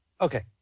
Okay